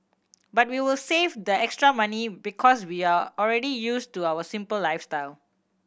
but we will save the extra money because we are already used to our simple lifestyle